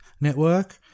network